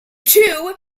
two